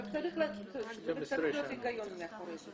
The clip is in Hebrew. אבל צריך להיות היגיון מאחורי זה.